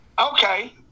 Okay